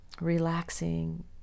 Relaxing